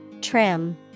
Trim